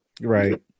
Right